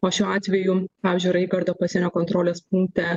o šiuo atveju pavyzdžiui raigardo pasienio kontrolės punkte